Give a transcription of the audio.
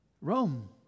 Rome